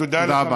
תודה רבה.